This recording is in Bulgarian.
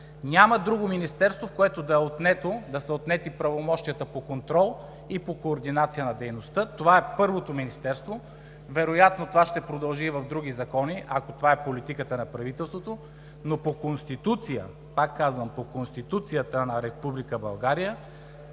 Няма друго министерство, в което да са отнети правомощията му по контрол и по координация на дейността. Това е първото министерство. Вероятно това ще продължи и в други закони, ако това е политиката на правителството, но по Конституция, пак казвам, по Конституцията на Република България